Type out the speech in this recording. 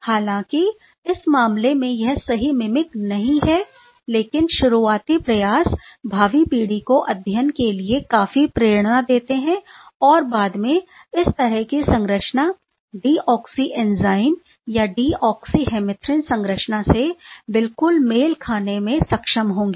हालांकि इस मामले में यह सही मीमीक नहीं है लेकिन ये शुरुआती प्रयास भावी पीढ़ी को अध्ययन के लिए काफी प्रेरणा देते हैं और फिर बाद में इस तरह की संरचना डीऑक्सी एंजाइम या ऑक्सी हेमीथ्रिन संरचना से बिल्कुल मेल खाने में सक्षम होंगे